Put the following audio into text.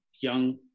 young